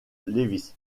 lévis